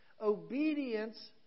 Obedience